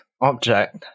object